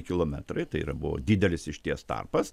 kilometrai tai yra buvo didelis išties tarpas